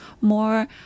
more